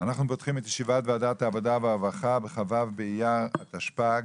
אנחנו פותחים את ישיבת ועדת העבודה והרווחה בכ"ו באייר התשפ"ג,